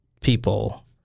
people